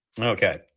Okay